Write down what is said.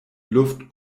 luft